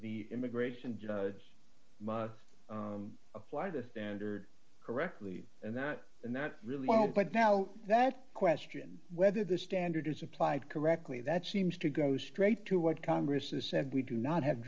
the immigration judge must apply the standard correctly and that and that really well but now that question whether the standard is applied correctly that seems to go straight to what congress has said we do not have